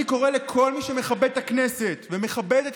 אני קורא לכל מי שמכבד את הכנסת ומכבד את